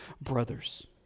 brother's